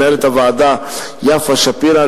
למנהלת הוועדה יפה שפירא,